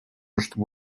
чтобы